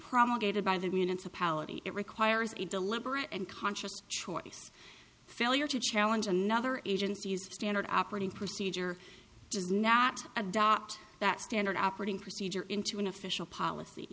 promulgated by the municipality it requires a deliberate and conscious choice failure to challenge another agency's standard operating procedure does not adopt that standard operating procedure into an official policy